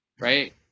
right